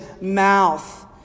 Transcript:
mouth